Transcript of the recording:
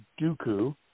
Dooku